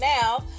now